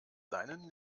seinen